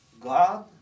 God